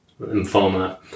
lymphoma